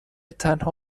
تنها